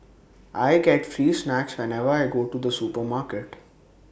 I get free snacks whenever I go to the supermarket